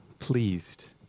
Pleased